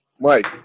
Mike